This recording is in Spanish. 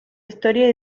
historia